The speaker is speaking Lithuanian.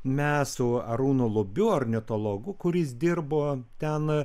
mes su arūnu lubiu ornitologu kuris dirbo ten